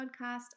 podcast